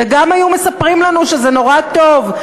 וגם היו מספרים לנו שזה נורא טוב,